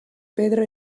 pedra